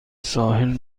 ساحل